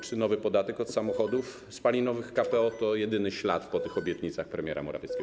Czy nowy podatek od samochodów spalinowych w KPO to jedyny ślad po tych obietnicach premiera Morawieckiego?